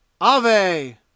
Ave